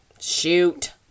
shoot